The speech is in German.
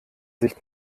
sicht